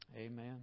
Amen